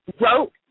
wrote